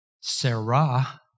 Sarah